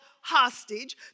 hostage